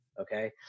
Okay